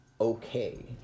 okay